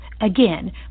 Again